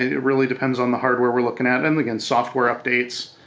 it really depends on the hardware we're looking at and um again software updates.